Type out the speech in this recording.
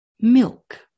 milk